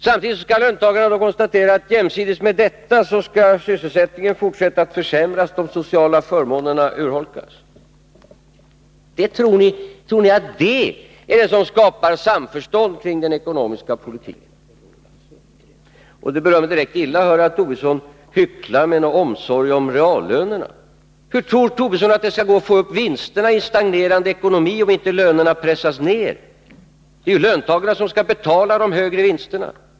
Samtidigt skall löntagarna konstatera att jämsides med detta skall sysselsättningen fortsätta att försämras och de sociala förmånerna urholkas. Tror ni att det skapar samförstånd kring den ekonomiska politiken? Det berör mig direkt illa att höra att Lars Tobisson hycklar omsorg om reallönerna. Hur tror Lars Tobisson att det skall gå att få upp vinsterna i en stagnerande ekonomi, om inte lönerna pressas ner? Det är löntagarna som skall betala de högre vinsterna.